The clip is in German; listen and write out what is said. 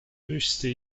höchste